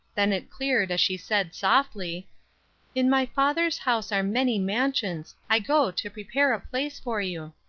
then it cleared as she said, softly in my father's house are many mansions i go to prepare a place for you.